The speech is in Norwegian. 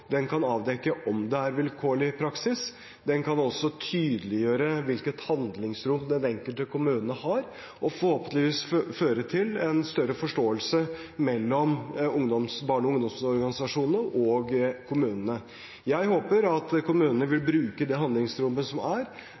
kan avdekke om det er en vilkårlig praksis. Den kan også tydeliggjøre hvilket handlingsrom den enkelte kommune har, og forhåpentligvis føre til en større forståelse mellom barne- og ungdomsorganisasjonene og kommunene. Jeg håper at kommunene vil bruke det handlingsrommet som er,